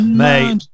mate